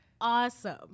awesome